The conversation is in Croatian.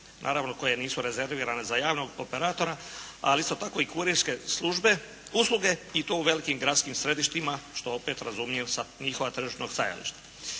naravno koje nisu rezervirane za javnog operatora, ali isto tako i kurirske usluge i to u velikim gradskim središtima što opet razumijem sa njihova tržišnog stajališta.